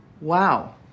Wow